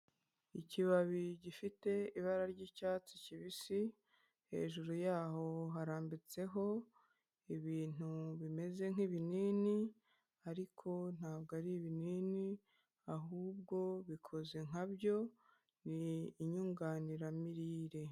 Ikibabi gifite ibara ry'icyatsi kibisi, hejuru yaho harambitseho ibintu bimeze nk'ibinini ariko nta bwo ari ibinini ahubwo bikoze nkabyo, ni inyunganiramirire.